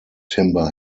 timber